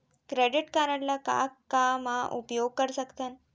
Credit card ला का का मा उपयोग कर सकथन?